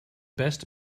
best